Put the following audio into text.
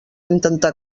intentar